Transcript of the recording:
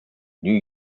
нью